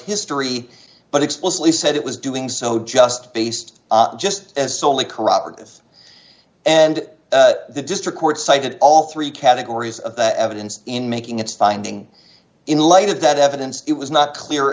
history but explicitly said it was doing so just based just as solely corroborative and the district court cited all three categories of the evidence in making its finding in light of that evidence it was not clear